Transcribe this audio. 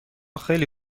خیلی